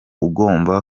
ugomba